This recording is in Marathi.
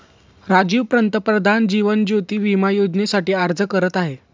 राजीव पंतप्रधान जीवन ज्योती विमा योजनेसाठी अर्ज करत आहे